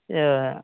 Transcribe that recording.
ए